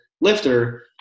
lifter